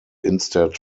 instead